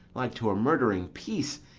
like to a murdering piece,